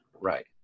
Right